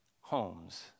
homes